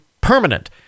permanent